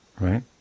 right